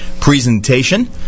presentation